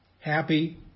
happy